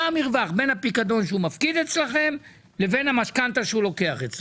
בין הפיקדון שהיא מפקידה אצלכם לבין המשכנתה שהיא לוקחת אצלכם.